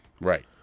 Right